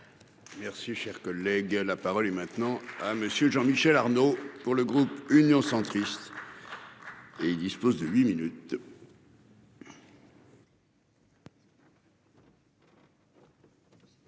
Merci, cher collègue, la parole est maintenant à monsieur Jean Michel Arnaud pour le groupe Union centriste. Et il dispose de 8 minutes.